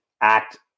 act